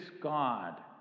God